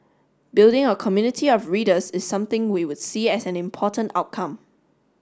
building a community of readers is something we would see as an important outcome